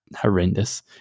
horrendous